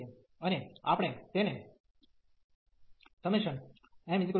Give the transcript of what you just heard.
અને આપણે તેને n0nπn1sin x xdx